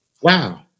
wow